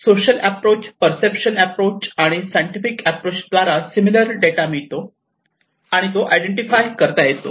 social approach perception approach आणि scientific approach द्वारे similar data मिळतो आणि तो आयडेंटिफाय करता येतो